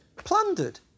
plundered